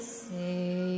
say